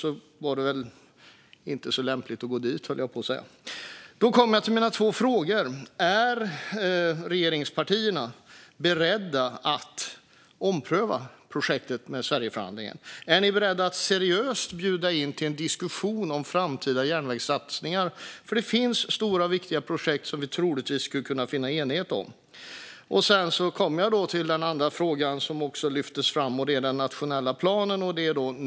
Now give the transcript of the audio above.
Då var det väl inte så lämpligt att gå dit, höll jag på att säga. Då kommer jag till mina två frågor: Är regeringspartierna beredda att ompröva projektet med Sverigeförhandlingen? Är ni beredda att seriöst bjuda in till en diskussion om framtida järnvägssatsningar? Det finns stora och viktiga projekt som vi troligtvis skulle kunna finna enighet om. Nu kommer jag till den andra frågan, som också lyftes fram. Den gäller den nationella planen.